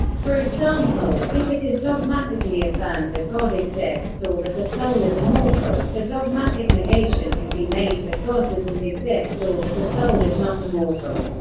for example, if it is dogmatically affirmed that god exists or that the soul is immortal, a dogmatic negation could be made that god doesn't exist or that the soul is not immortal.